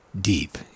deep